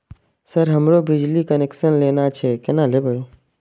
Sir हमरो बिजली connection लेना छे केना लेबे?